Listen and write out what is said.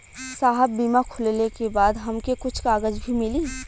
साहब बीमा खुलले के बाद हमके कुछ कागज भी मिली?